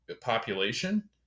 population